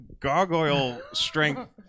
gargoyle-strength